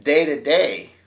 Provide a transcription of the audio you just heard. day to day